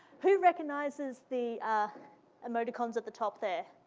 who recognizes the emoticons at the top there?